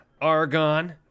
argon